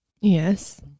Yes